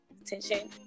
attention